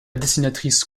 dessinatrice